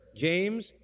James